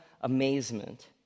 amazement